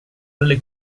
alle